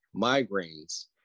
migraines